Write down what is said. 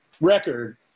record